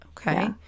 Okay